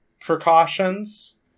precautions